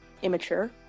Immature